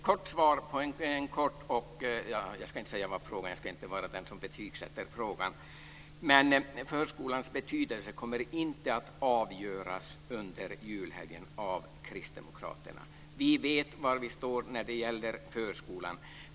Fru talman! Ett kort svar på en kort och - jag ska inte vara den som betygssätter frågan. Förskolans betydelse kommer inte att avgöras av kristdemokraterna under julhelgen. Vi vet var vi står när det gäller förskolan.